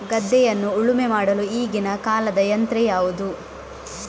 ಗದ್ದೆಯನ್ನು ಉಳುಮೆ ಮಾಡಲು ಈಗಿನ ಕಾಲದ ಯಂತ್ರ ಯಾವುದು?